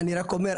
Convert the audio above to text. אני רק אומר,